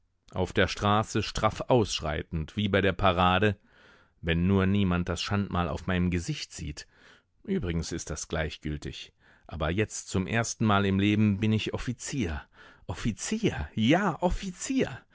auf der straße straff ausschreitend wie bei der parade wenn nur niemand das schandmal auf meinem gesicht sieht übrigens ist das gleichgültig aber jetzt zum erstenmal im leben bin ich offizier offizier ja offizier